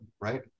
right